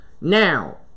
Now